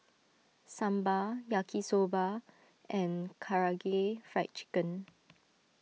Sambar Yaki Soba and Karaage Fried Chicken